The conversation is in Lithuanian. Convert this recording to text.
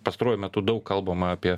pastaruoju metu daug kalbama apie